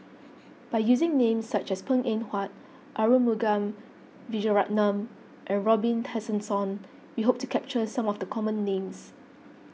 by using names such as Png Eng Huat Arumugam Vijiaratnam and Robin Tessensohn we hope to capture some of the common names